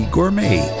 Gourmet